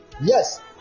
Yes